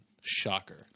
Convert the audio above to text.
Shocker